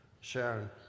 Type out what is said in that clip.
Sharon